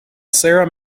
sarah